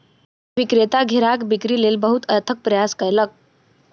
विक्रेता घेराक बिक्री लेल बहुत अथक प्रयास कयलक